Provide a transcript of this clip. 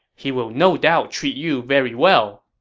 he will no doubt treat you very well.